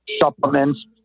supplements